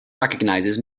recognizes